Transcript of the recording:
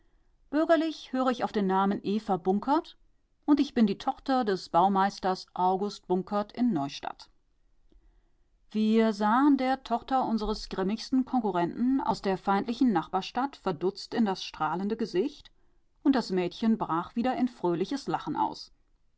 höre ich auf den namen eva bunkert und bin die tochter des baumeisters august bunkert in neustadt wir sahen der tochter unseres grimmigsten konkurrenten aus der feindlichen nachbarstadt verdutzt in das strahlende gesicht und das mädchen brach wieder in fröhliches lachen aus